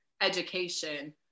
education